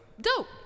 Dope